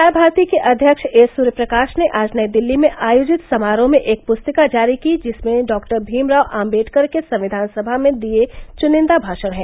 प्रसार भारती के अध्यक्ष ए सूर्यप्रकाश ने आज नई दिल्ली में आयोजित समारोह में एक पुस्तिका जारी की जिसमें डॉक्टर भीमराव आम्बेडकर के संविधान सभा में दिए चुनिंदा भाषण हैं